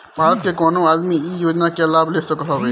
भारत के कवनो आदमी इ योजना के लाभ ले सकत हवे